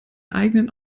eigenen